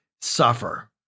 suffer